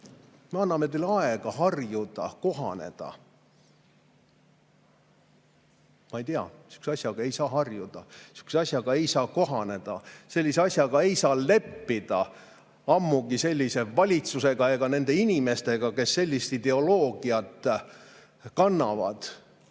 Me anname teile aega harjuda, kohaneda. Ma ei tea ... Sihukese asjaga ei saa harjuda. Sihukese asjaga ei saa kohaneda. Sellise asjaga ei saa leppida, ammugi sellise valitsuse ega nende inimestega, kes sellist ideoloogiat kannavad.